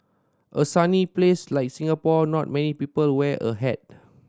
a sunny place like Singapore not many people wear a hat